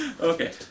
Okay